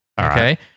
Okay